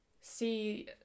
see